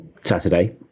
Saturday